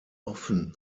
offen